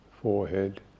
forehead